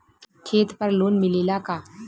खेत पर लोन मिलेला का?